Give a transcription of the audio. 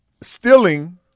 stealing